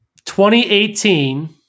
2018